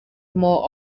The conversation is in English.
more